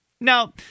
Now